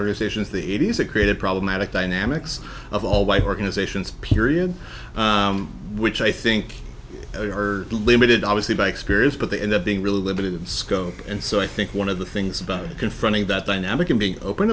organizations the eighty's it created problematic dynamics of all white organizations period which i think are limited obviously by experience but they end up being really limited in scope and so i think one of the things about confronting that dynamic and being open